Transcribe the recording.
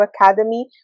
Academy